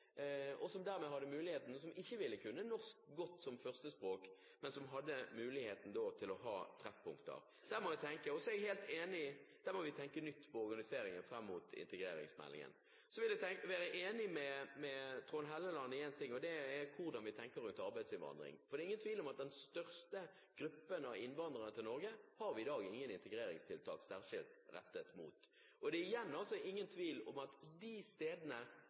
og som ikke ville kunne norsk godt, som førstespråk, men man hadde muligheten til å ha treffpunkter. Der må vi tenke nytt når det gjelder organisering frem mot integreringsmeldingen. Så vil jeg være enig med Trond Helleland i én ting, og det er hvordan vi tenker rundt arbeidsinnvandring. Det er ingen tvil om at når det gjelder den største gruppen innvandrere til Norge, har vi i dag ingen særskilte integreringstiltak særskilt rettet mot den. Det er igjen ingen tvil om at de stedene